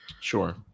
Sure